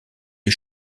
les